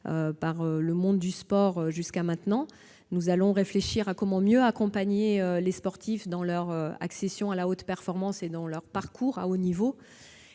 par le monde du sport jusqu'à présent. Nous allons réfléchir aux moyens de mieux accompagner les sportifs dans leur accession à la haute performance et leur parcours à haut niveau.